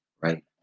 Right